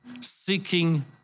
seeking